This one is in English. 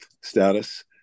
status